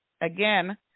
again